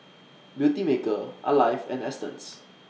Beautymaker Alive and Astons